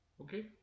okay